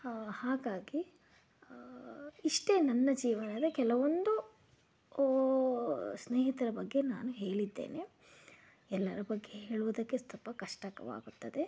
ಹಾಗಾಗಿ ಇಷ್ಟೇ ನನ್ನ ಜೀವನದ ಕೆಲವೊಂದು ಸ್ನೇಹಿತರ ಬಗ್ಗೆ ನಾನು ಹೇಳಿದ್ದೇನೆ ಎಲ್ಲರ ಬಗ್ಗೆ ಹೇಳುವುದಕ್ಕೆ ಸ್ವಲ್ಪ ಕಷ್ಟಕರವಾಗುತ್ತದೆ